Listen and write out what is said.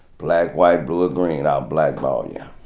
black, white, blue or green, i'll blackball you.